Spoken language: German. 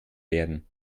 werden